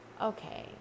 Okay